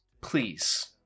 please